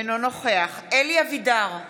אינו נוכח אלי אבידר,